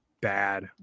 bad